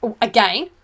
again